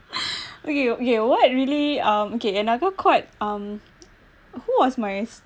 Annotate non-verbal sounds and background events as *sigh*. *laughs* okay okay what really um okay another quite um who was my